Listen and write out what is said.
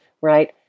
right